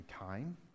time